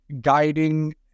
guiding